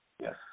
Yes